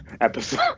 episode